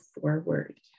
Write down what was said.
forward